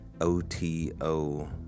OTO